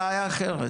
זאת בעיה אחרת.